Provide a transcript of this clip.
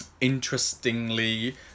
Interestingly